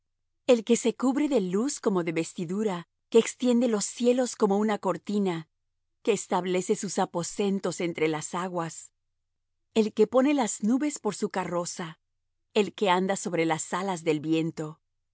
el que se cubre de luz como de vestidura que extiende los cielos como una cortina que establece sus aposentos entre las aguas el que pone las nubes por su carroza el que anda sobre las alas del viento